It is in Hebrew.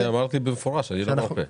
אמרתי במפורש שאני לא מרפה.